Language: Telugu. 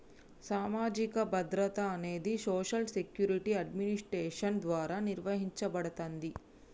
సామాజిక భద్రత అనేది సోషల్ సెక్యూరిటీ అడ్మినిస్ట్రేషన్ ద్వారా నిర్వహించబడతాంది